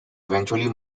eventually